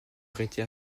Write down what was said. arrêté